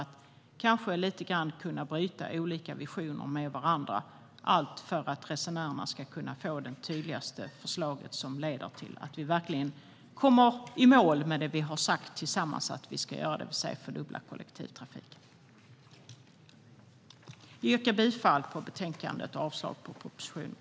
Då kan vi kanske bryta olika visioner mot varandra - allt för att resenärerna ska kunna få det förslag som tydligast leder till att vi verkligen kommer i mål med det vi tillsammans har sagt att vi ska göra, nämligen fördubbla kollektivtrafiken. Jag yrkar bifall till förslaget i betänkandet och avslag på propositionen.